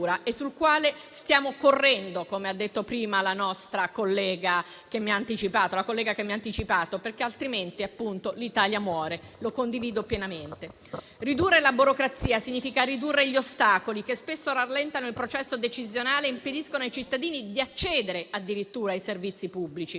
e sul quale stiamo correndo, come ha detto prima una collega che mi ha preceduta, altrimenti, appunto, l'Italia muore, lo condivido pienamente. Ridurre la burocrazia significa ridurre gli ostacoli che spesso rallentano il processo decisionale e impediscono ai cittadini di accedere addirittura ai servizi pubblici.